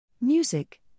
Music